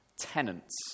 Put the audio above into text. tenants